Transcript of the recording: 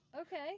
okay